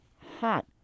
hot